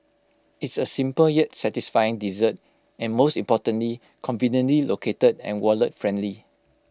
it's A simple yet satisfying dessert and most importantly conveniently located and wallet friendly